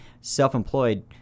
self-employed